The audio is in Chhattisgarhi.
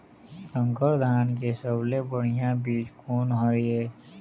संकर धान के सबले बढ़िया बीज कोन हर ये?